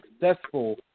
successful